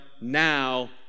now